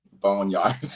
Boneyard